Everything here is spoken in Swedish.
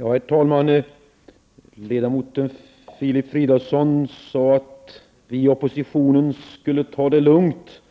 Herr talman! Ledamoten Filip Fridolfsson sade att vi i oppositionen skulle ta det lugnt.